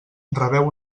rebeu